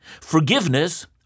forgiveness